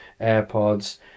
AirPods